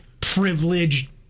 privileged